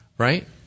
Right